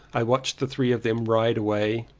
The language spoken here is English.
i watched the three of them ride away,